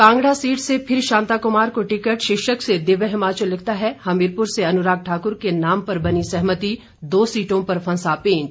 Kangra seat से फिर शांता कुमार को टिकट शीर्षक से दिव्य हिमाचल लिखता है हमीरपुर से अनुराग ठाकुर के नाम पर बनी सहमति दो सीटों पर फंसा पेंच